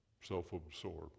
self-absorbed